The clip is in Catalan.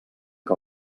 que